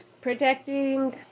Protecting